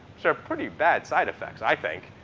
so are pretty bad side effects, i think.